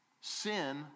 sin